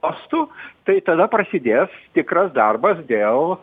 postų tai tada prasidės tikras darbas dėl